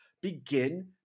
Begin